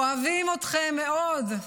אוהבים אתכם מאוד,